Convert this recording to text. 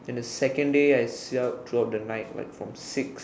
and the second day I stayed up throughout the night like from six